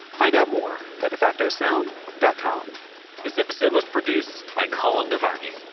find out more at defacto sound dot com this episode was produced by colin devarney.